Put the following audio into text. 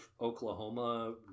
Oklahoma